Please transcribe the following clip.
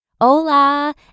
Hola